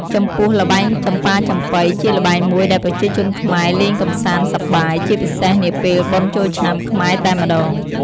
ចំពោះល្បែងចំប៉ាចំប៉ី ជាល្បែងមួយដែលប្រជាជនខ្មែរលេងកម្សាន្តសប្បាយ ជាពិសេសនាពេលបុណ្យចូលឆ្នាំខ្មែរតែម្ដង។